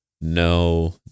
no